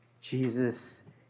Jesus